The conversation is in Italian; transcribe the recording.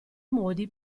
modi